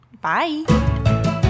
Bye